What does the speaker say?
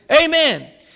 Amen